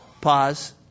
Pause